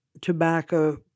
tobacco